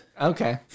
Okay